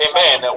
Amen